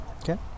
Okay